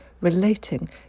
relating